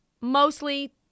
mostly